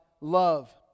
love